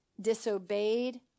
disobeyed